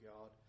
God